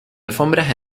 alfombras